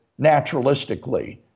naturalistically